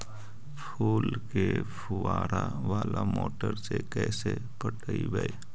फूल के फुवारा बाला मोटर से कैसे पटइबै?